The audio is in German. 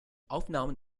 aufnahmen